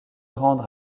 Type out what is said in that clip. rendre